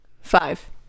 Five